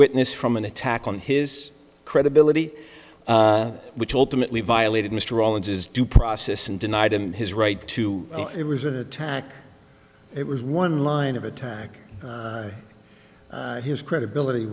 witness from an attack on his credibility which ultimately violated mr owens is due process and denied him his right to it was an attack it was one line of a time his credibility